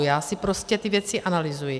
Já si prostě ty věci analyzuji.